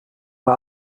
uhr